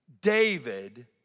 David